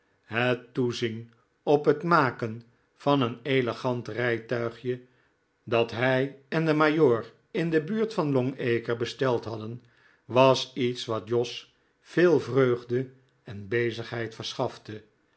het toezien op het maken van een elegant rijtuigje dat hij en de majoor in de buurt van long acre besteld hadden was iets wat jos veel vreugde en bezigheid verschafte